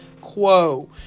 quo